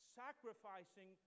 sacrificing